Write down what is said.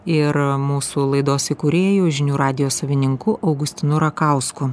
ir mūsų laidos įkūrėju žinių radijo savininku augustinu rakausku